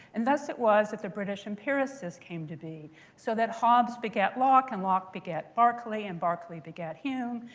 and thus it was that the british empiricists came to be so that hobbes begat locke, and locke begat berkeley, and berkeley begat hume.